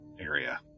area